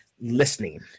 listening